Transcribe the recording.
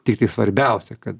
tiktai svarbiausia kad